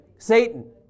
Satan